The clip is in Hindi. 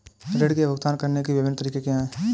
ऋृण के भुगतान करने के विभिन्न तरीके क्या हैं?